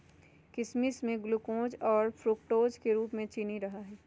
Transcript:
किशमिश में ग्लूकोज और फ्रुक्टोज के रूप में चीनी रहा हई